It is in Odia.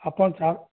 ଆପଣ ସାର୍